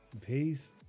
peace